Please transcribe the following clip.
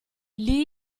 lee